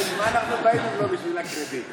בשביל מה אנחנו באים אם לא בשביל הקרדיט?